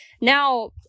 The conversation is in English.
Now